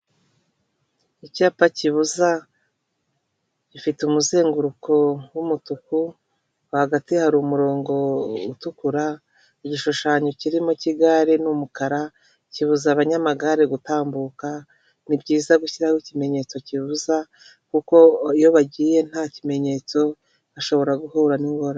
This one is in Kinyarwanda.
Icyapa kibuza gifite umuzenguruko w’umutuku rwagati hari umurongo utukura igishushanyo kirimo cy'igare n'umukara kibuza abanyamagare gutambuka ni byiza gushyiraho ikimenyetso kibuza kuko iyo bagiye nta kimenyetso bashobora guhura n'ingorane.